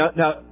now